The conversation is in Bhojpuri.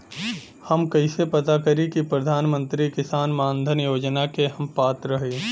हम कइसे पता करी कि प्रधान मंत्री किसान मानधन योजना के हम पात्र हई?